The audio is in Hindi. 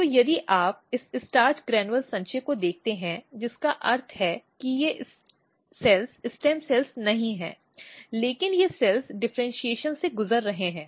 तो यदि आप इस स्टार्च ग्रेन्युल संचय को देखते हैं जिसका अर्थ है कि ये सेल्स स्टेम सेल नहीं हैं लेकिन ये सेल्स डिफ़र्इन्शीएशन से गुजर रहे हैं